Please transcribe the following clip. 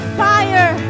fire